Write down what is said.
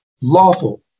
Lawful